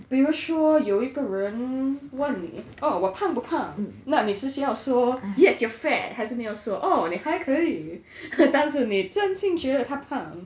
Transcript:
比如说有一个人问你 oh 我胖不胖那你是不是要说 yes you're fat 还是你要说 oh 你还可以 可是你真心觉得他胖